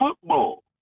football